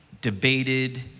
debated